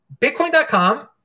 Bitcoin.com